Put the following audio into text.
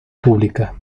pública